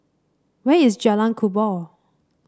where is Jalan Kubor